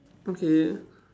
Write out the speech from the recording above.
okay